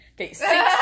Okay